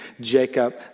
Jacob